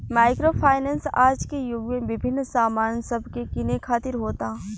micro finance आज के युग में विभिन्न सामान सब के किने खातिर होता